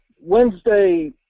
Wednesday